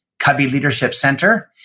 covey leadership center,